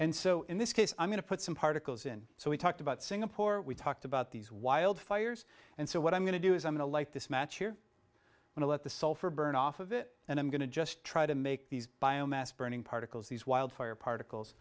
and so in this case i'm going to put some particles in so we talked about singapore we talked about these wildfires and so what i'm going to do is i'm in a light this match here and let the sulfur burn off of it and i'm going to just try to make these bio mass burning particles these wildfire particles